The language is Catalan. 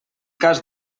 cas